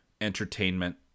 entertainment